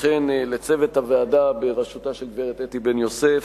וכן לצוות הוועדה בראשותה של הגברת אתי בן-יוסף